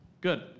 good